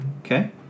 Okay